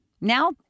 Now